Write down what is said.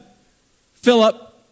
Philip